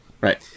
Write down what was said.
Right